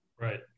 Right